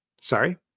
sorry